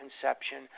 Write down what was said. conception